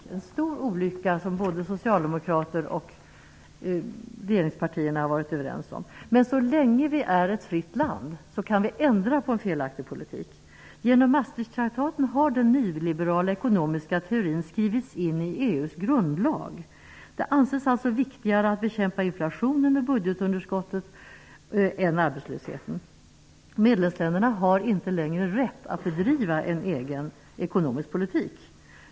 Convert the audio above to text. Det är en stor olycka, som både Socialdemokraterna och regeringspartierna har varit överens om. Men så länge vi är ett fritt land kan vi ändra på en felaktig politik. Genom Maastrichttraktaten har den nyliberala ekonomiska teorin skrivits in i EU:s grundlag. Det anses alltså viktigare att bekämpa inflationen och budgetunderskottet än arbetslösheten. Medlemsländerna har inte längre rätt att bedriva en egen ekonomisk politik.